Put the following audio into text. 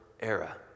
Era